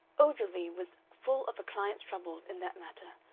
ogilvy was full of a client's trouble in that matter,